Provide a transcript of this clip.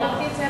אני אמרתי את,